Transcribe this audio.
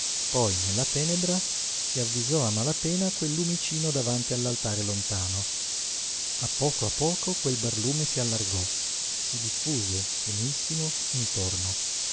poi nella tenebra si avvisò a mala pena quel lumicino davanti all'altare lontano a poco a poco quel barlume si allargò si diffuse tenuissimo intorno